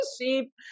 sheep